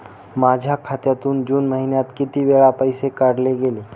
माझ्या खात्यातून जून महिन्यात किती वेळा पैसे काढले गेले?